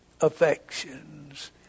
affections